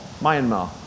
Myanmar